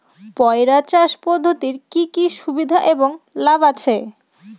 পয়রা চাষ পদ্ধতির কি কি সুবিধা এবং লাভ আছে?